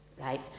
right